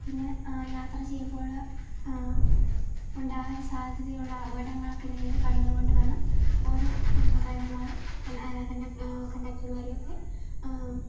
പിന്നെ യാത്ര ചെയ്യുമ്പോൾ ഉണ്ടാവാൻ സാധ്യതയുള്ള അപകടങ്ങളൊക്കെ നേരിൽ കണ്ടുകൊണ്ട് വേണം ഓരോ ഡ്രൈവർമാർ കണ്ടക്ടർമാരും ഒക്കെ